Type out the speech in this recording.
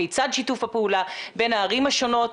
כיצד שיתוף הפעולה בין הערים השונות?